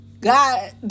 God